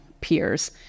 peers